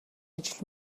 ажил